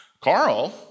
Carl